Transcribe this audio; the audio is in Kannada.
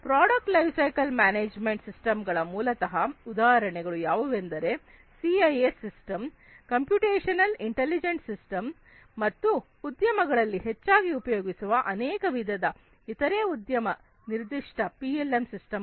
product life cycle management system ಗಳ ಮೂಲತಃ ಉದಾಹರಣೆಗಳು ಯಾವುವೆಂದರೆ CIS system computational intelligent system ಮತ್ತು ಉದ್ಯಮಗಳಲ್ಲಿ ಹೆಚ್ಚಾಗಿ ಉಪಯೋಗಿಸುವ ಅನೇಕ ವಿಧದ ಇತರೆ ಉದ್ಯಮ ನಿರ್ದಿಷ್ಟ ಪಿಎಲ್ಎಂ ಸಿಸ್ಟಮ್ ಗಳು